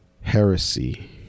heresy